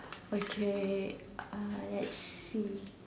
okay let's see